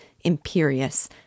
imperious